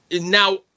Now